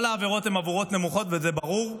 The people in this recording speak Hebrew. כל העבירות הן עבירות נמוכות, וזה ברור.